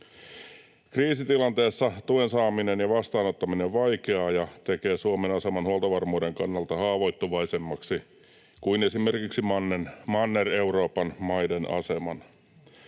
Kriisitilanteessa tuen saaminen ja vastaanottaminen on vaikeaa, ja se tekee Suomen aseman huoltovarmuuden kannalta haavoittuvaisemmaksi kuin esimerkiksi Manner-Euroopan maiden aseman.